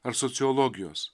ar sociologijos